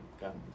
got